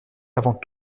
avant